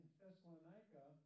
Thessalonica